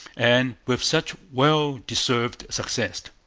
and with such well-deserved success.